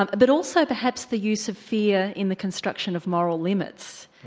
um but also perhaps the use of fear in the construction of moral limits.